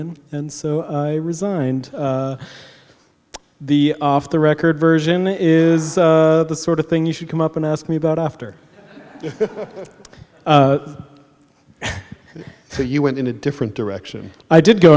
in and so i resigned the off the record version is the sort of thing you should come up and ask me about after you so you went in a different direction i did go